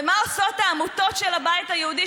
ומה עושות העמותות של הבית היהודי,